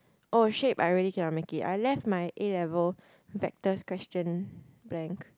oh shape I already ya make I left my a-level vectors question blank